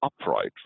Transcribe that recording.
upright